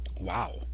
Wow